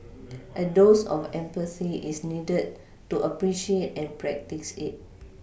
a dose of empathy is needed to appreciate and practice it